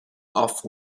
off